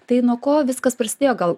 tai nuo ko viskas prasidėjo gal